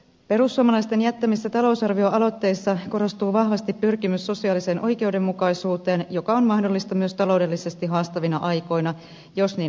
perussuomalaisten jättämissä talousarvioaloitteissa korostuu vahvasti pyrkimys sosiaaliseen oikeudenmukaisuuteen joka on mahdollista myös taloudellisesti haastavina aikoina jos niin halutaan